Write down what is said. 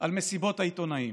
על מסיבות העיתונאים.